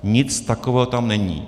Nic takového tam není.